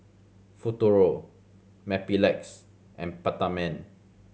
Futuro Mepilex and Peptamen